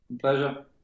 Pleasure